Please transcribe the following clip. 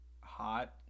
hot